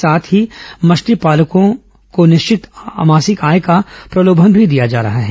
साथ ही मछली पालकों निश्चित मासिक आय का प्रलोभन भी दिया जा रहा है